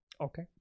okay